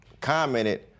commented